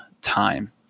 time